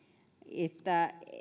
että